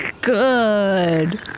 Good